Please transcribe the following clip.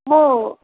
म